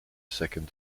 second